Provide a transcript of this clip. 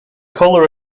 color